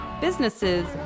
businesses